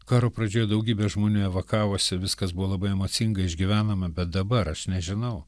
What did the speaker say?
karo pradžioje daugybė žmonių evakavosi viskas buvo labai emocinga išgyvenama bet dabar aš nežinau